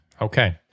Okay